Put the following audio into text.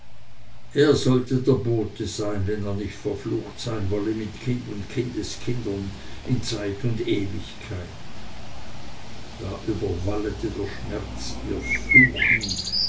er sollte der bote sein wenn er nicht verflucht sein wolle mit kind und kindeskindern in zeit und ewigkeit da überwallete der schmerz ihr fluchen